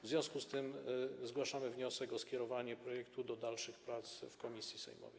W związku z tym zgłaszamy wniosek o skierowanie projektu do dalszych prac w komisji sejmowej.